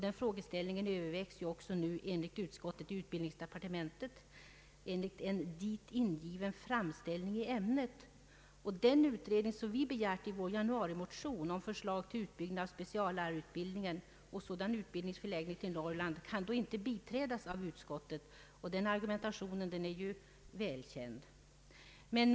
Den frågeställningen övervägs också nu enligt utskottet i utbildningsdepartementet med anledning av en dit ingiven framställning i ämnet. Den utredning som vi begärt i vår januarimotion om förslag till utbyggnad av = speciallärarutbildningen och sådan utbildnings förläggande till Norrland kan då inte biträdas av utskottet. Den argumentationen är välkänd.